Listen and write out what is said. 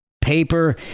paper